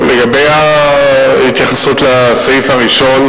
לגבי ההתייחסות לסעיף הראשון,